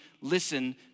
listen